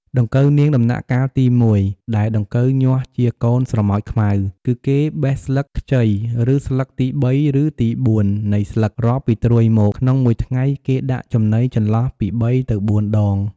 ដង្កូវនាងដំណាក់កាលទី១ ដែលដង្កូវញាស់ជាកូនស្រមោចខ្មៅ គឺគេបេះស្លឹកខ្ចី ឬស្លឹកទី៣ ឬទី៤ នៃស្លឹក រាប់ពីត្រួយមក ក្នុងមួយថ្ងៃគេដាក់ចំណីចន្លោះពី៣ ទៅ៤ដង។